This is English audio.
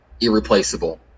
irreplaceable